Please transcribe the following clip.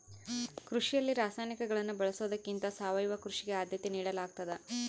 ಕೃಷಿಯಲ್ಲಿ ರಾಸಾಯನಿಕಗಳನ್ನು ಬಳಸೊದಕ್ಕಿಂತ ಸಾವಯವ ಕೃಷಿಗೆ ಆದ್ಯತೆ ನೇಡಲಾಗ್ತದ